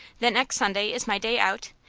that next sunday is my day out,